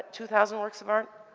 two thousand works of art.